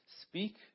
Speak